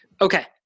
Okay